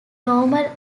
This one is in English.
normal